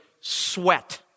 sweat